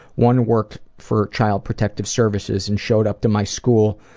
one worked for child protective services and showed up to my school,